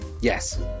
Yes